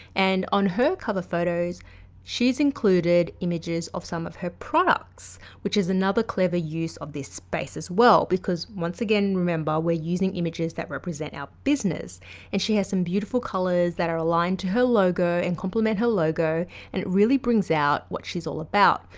and on her cover photos she's included images of some of her products which is another clever use of this space as well because once again remember we are using images that represent our business and she has some beautiful colors that are aligned to her logo and compliment her logo and it really brings out what she is all about,